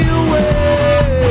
away